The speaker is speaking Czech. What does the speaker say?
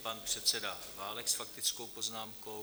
Pan předseda Válek s faktickou poznámkou.